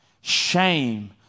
Shame